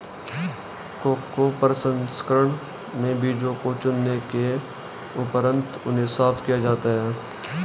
cocoa प्रसंस्करण में बीजों को चुनने के उपरांत उन्हें साफ किया जाता है